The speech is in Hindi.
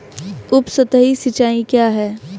उपसतही सिंचाई क्या है?